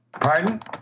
Pardon